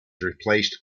replaced